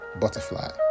butterfly